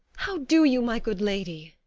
how do you, my good lady?